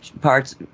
parts